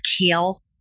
Kale